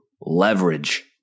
leverage